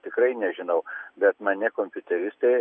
tikrai nežinau bet mane kompiuteristai